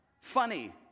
funny